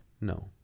No